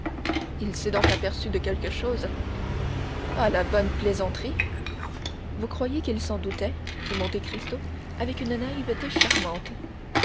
il s'est donc aperçu de quelque chose ah la bonne plaisanterie vous croyez qu'il s'en doutait fit monte cristo avec une naïveté charmante